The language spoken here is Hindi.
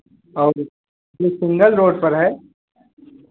और जो सिंगल रोड पर है